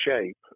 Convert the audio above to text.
shape